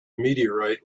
meteorite